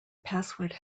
password